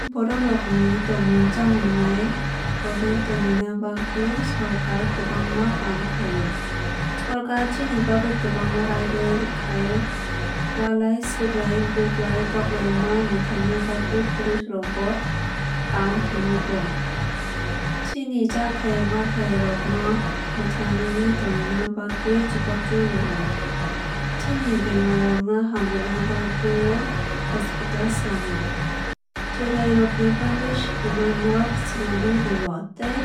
Borok rok ni tongmung chamung naikolwui tonina bagwui sorkar kwbangma kaam khai o. Sorkar chini bagwui kwbangma raida tui khai walai suglai bulai toklai ma mwthakna bagwui police rok no kaam fwnango. Chini chathai manthai rok no mwthangwui tona bagwui chubach rwu o. Chini bemar rok hamrwuna bagwui o hospital swlamo. Cherrai rok ni bagwui sikima nog swlamui rwu o tei